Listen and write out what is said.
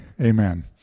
Amen